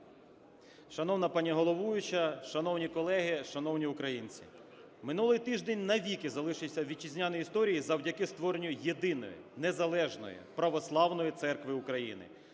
Шановна пані головуюча, шановні колеги, шановні українці, минулий тиждень навіки залишився в вітчизняній історії завдяки створенню єдиної незалежної Православної Церкви України.